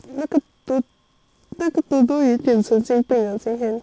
那个 do~ dodo 有一点神经病了今天